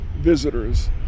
visitors